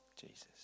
Jesus